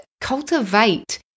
cultivate